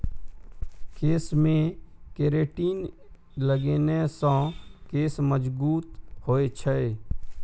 केशमे केरेटिन लगेने सँ केश मजगूत होए छै